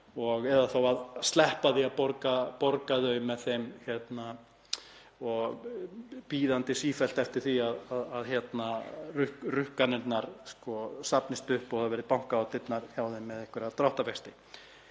eða þá sleppa því að borga þau og bíða sífellt eftir því að rukkanirnar safnist upp og það verði bankað á dyrnar hjá þeim með einhverja dráttarvexti,